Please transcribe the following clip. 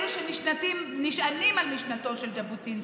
אלו שנשענים על משנתו של ז'בוטינסקי,